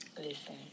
listen